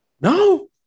No